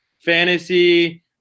Fantasy